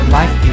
Life